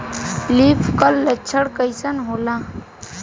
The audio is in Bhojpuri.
लीफ कल लक्षण कइसन होला?